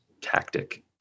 tactic